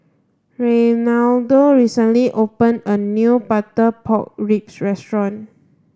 Reinaldo recently opened a new butter pork ribs restaurant